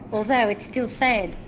although it's still sad.